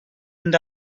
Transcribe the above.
and